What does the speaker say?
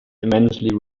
immensely